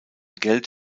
geld